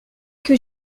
que